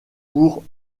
pour